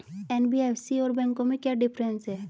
NBFC और बैंकों में क्या डिफरेंस है?